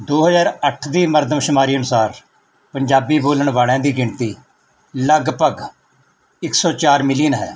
ਦੋ ਹਜ਼ਾਰ ਅੱਠ ਦੀ ਮਰਦਮਸ਼ੁਮਾਰੀ ਅਨੁਸਾਰ ਪੰਜਾਬੀ ਬੋਲਣ ਵਾਲਿਆਂ ਦੀ ਗਿਣਤੀ ਲਗਭਗ ਇਕ ਸੌ ਚਾਰ ਮਿਲੀਅਨ ਹੈ